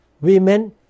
women